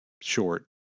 short